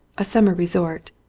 a summer resort,